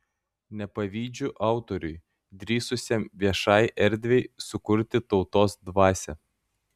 nepavydžiu autoriui drįsusiam viešai erdvei sukurti tautos dvasią